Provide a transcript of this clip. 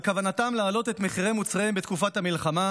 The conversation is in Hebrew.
כוונתם להעלות את מחירי מוצריהם בתקופת המלחמה,